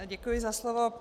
Děkuji za slovo.